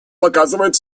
показывают